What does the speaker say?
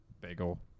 bagel